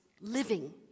living